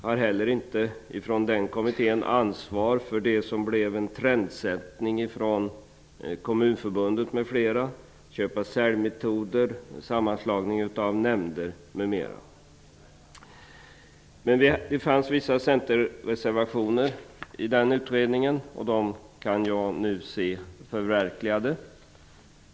Kommittén har inte heller ansvar för den trendsättning som förekommit från Kommunförbundet m.fl. när det gäller köp och säljmetoder, sammanslagning av nämnder m.m. Det fanns vissa Centerreservationer vid utredningens betänkande, och jag finner nu att tankarna i dessa blir förverkligade.